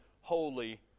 holy